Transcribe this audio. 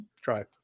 Try